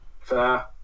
Fair